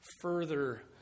further